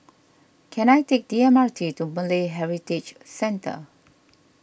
can I take the M R T to Malay Heritage Centre